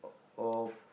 o~ of